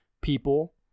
people